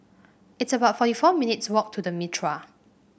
it's about forty four minutes' walk to The Mitraa